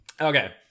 Okay